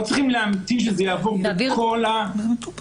לא צריכים להמתין שזה יעבור בכל הביורוקרטיה,